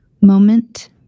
moment